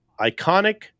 iconic